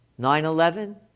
9-11